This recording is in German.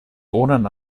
wohnen